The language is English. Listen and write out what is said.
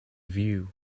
view